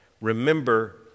remember